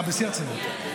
בשיא הרצינות,